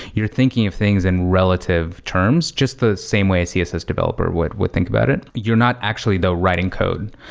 you're thinking of things in relative terms just the same way a css developer would would think about it. you're not actually the writing code.